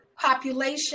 population